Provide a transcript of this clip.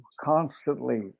constantly